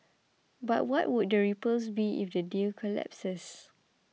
but what would the ripples be if the deal collapses